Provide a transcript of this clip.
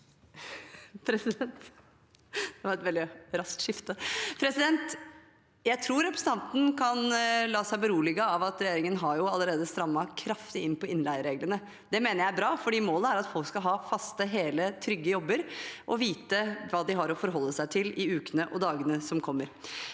Jeg tror repre- sentanten kan la seg berolige av at regjeringen allerede har strammet kraftig inn på innleiereglene. Det mener jeg er bra, for målet er at folk skal ha faste, hele, trygge jobber og vite hva de har å forholde seg til i ukene og dagene som kommer.